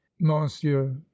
monsieur